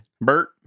bert